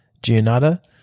Giannata